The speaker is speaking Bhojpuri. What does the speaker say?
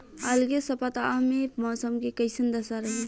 अलगे सपतआह में मौसम के कइसन दशा रही?